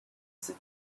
sit